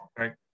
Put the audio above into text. Okay